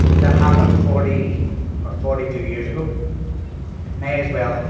that happened forty or forty two years ago, it may as well